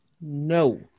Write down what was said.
no